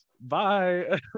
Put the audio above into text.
bye